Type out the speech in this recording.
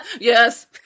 Yes